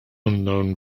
unknown